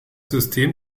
system